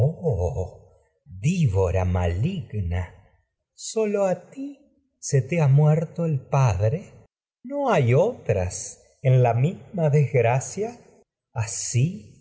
oh víbora maligna sólo a ti se te ha muer el padre no hay otras en la misma desgracia asi